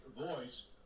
voice